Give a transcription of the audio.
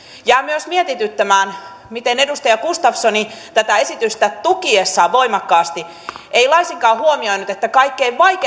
jää myös mietityttämään miten edustaja gustafsson tätä esitystä voimakkaasti tukiessaan ei laisinkaan huomioinut että kaikkein vaikeimmassa